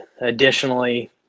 additionally